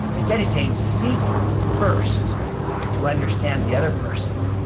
instead he's saying, seek first to understand the other person,